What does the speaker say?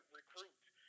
recruits